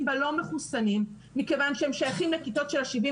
בה לא מחוסנים תלמד מכיוון שהם שייכים לכיתות של ה-70